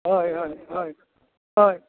हय हय हय हय